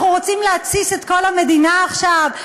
אנחנו רוצים להתסיס את כל המדינה עכשיו?